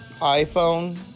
iPhone